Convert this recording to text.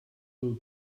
ill